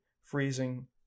freezing